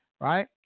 right